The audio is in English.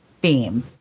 theme